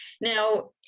now